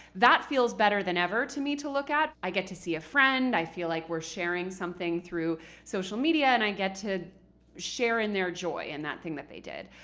that feels better than ever to me to look at. i get to see a friend. i feel like we're sharing something through social media, and i get to share in their joy in that thing that they did.